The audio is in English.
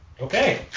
okay